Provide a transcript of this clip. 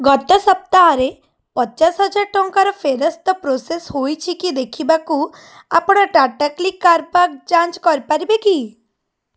ଗତ ସପ୍ତାହରେ ପଚାଶ ହଜାର ଟଙ୍କାର ଫେରସ୍ତ ପ୍ରୋସେସ୍ ହୋଇଛି କି ଦେଖିବାକୁ ଆପଣ ଟାଟାକ୍ଲିକ୍ କାରବାର ଯାଞ୍ଚ କରିପାରିବେ କି